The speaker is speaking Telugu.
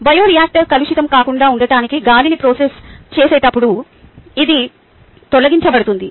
బయోరియాక్టర్ కలుషితం కాకుండా ఉండటానికి గాలిని ప్రాసెస్ చేసేటప్పుడు ఇది తొలగించబడుతుంది